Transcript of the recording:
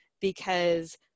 because-